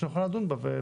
נוכל לדון בה.